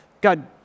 God